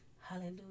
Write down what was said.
Hallelujah